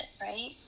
right